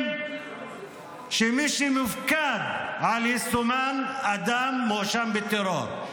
שמי שמופקד על יישומם הוא אדם המואשם בטרור?